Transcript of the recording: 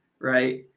right